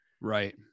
Right